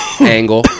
angle